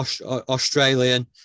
Australian